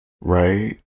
right